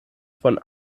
von